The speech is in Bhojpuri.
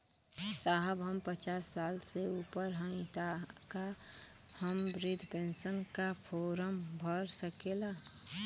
साहब हम पचास साल से ऊपर हई ताका हम बृध पेंसन का फोरम भर सकेला?